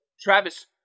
Travis